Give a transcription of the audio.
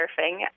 surfing